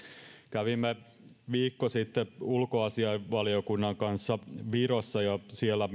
kävimme viikko sitten ulkoasiainvaliokunnan kanssa virossa ja siellä